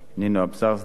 נינו אבסדזה,